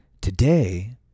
Today